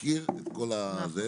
מכיר את כל זה.